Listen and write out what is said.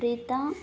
reetha